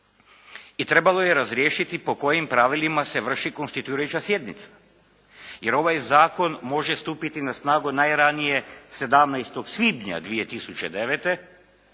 i trebalo je razriješiti po kojim pravilima se vrši konstituirajuća sjednica. Jer ovaj zakon može stupiti na snagu najranije 17. svibnja 2009.,